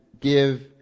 give